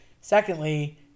Secondly